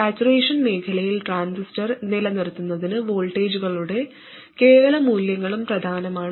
saturation മേഖലയിൽ transistor നിലനിർത്തുന്നതിന് വോൾട്ടേജുകളുടെ കേവല മൂല്യങ്ങളും പ്രധാനമാണ്